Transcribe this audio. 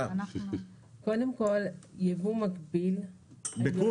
קודם כל, יבוא מקביל, ב-ק'